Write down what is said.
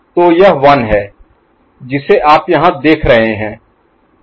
तो यह 1 है जिसे आप यहां देख रहे हैं